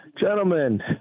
Gentlemen